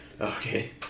Okay